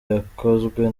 yakozwe